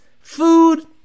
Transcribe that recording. food